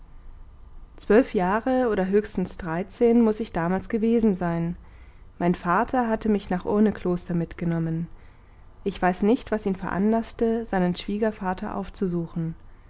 zwölf jahre oder höchstens dreizehn muß ich damals gewesen sein mein vater hatte mich nach urnekloster mitgenommen ich weiß nicht was ihn veranlaßte seinen schwiegervater aufzusuchen